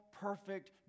perfect